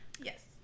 yes